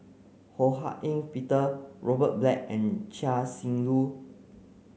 Ho Hak Ean Peter Robert Black and Chia Shi Lu